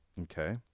Okay